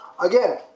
again